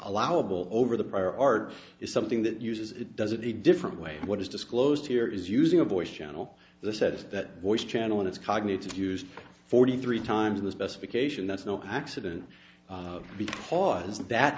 allowable over the prior art is something that uses it does it a different way what is disclosed here is using a voice channel the service that voice channel is cognitive used forty three times in the specification that's no accident because that